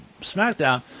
SmackDown